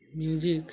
music